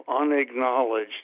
unacknowledged